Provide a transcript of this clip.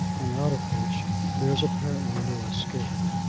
and out of which there is apparently no escape?